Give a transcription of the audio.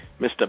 Mr